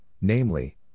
namely